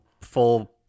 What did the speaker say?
full